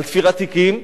תפירת תיקים,